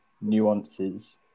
nuances